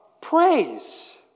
praise